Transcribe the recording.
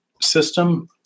system